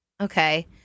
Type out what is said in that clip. Okay